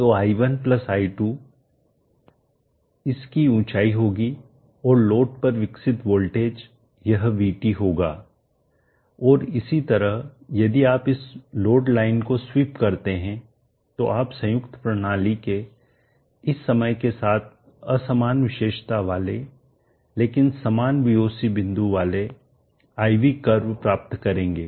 तो i1 i2 इस की ऊंचाई होगी और लोड पर विकसित वोल्टेज यह VT होगा और इसी तरह यदि आप इस लोड लाइन को स्वीप करते हैं तो आप संयुक्त प्रणाली के इस समय के साथ असमान विशेषता वाले लेकिन समान VOC बिंदु वाले I V कर्व प्राप्त करेंगे